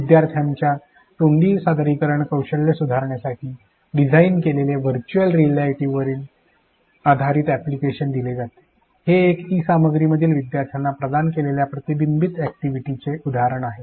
विद्यार्थ्यांना तोंडी सादरीकरण कौशल्य सुधारण्यासाठी डिझाइन केलेले व्हर्च्युअल रिअलिटीवर आधारित अॅप्लिकेशन दिले जाते हे एक ई सामग्रीमधील विद्यार्थ्यांना प्रदान केलेल्या प्रतिबिंबीत अॅक्टिव्हिटीचे उदाहरण आहे